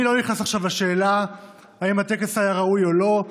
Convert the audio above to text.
אני לא נכנס עכשיו לשאלה אם הטקס היה ראוי או לא.